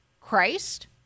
Christ